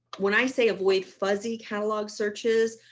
when i say avoid fuzzy catalog searches.